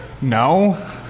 no